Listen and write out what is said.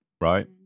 right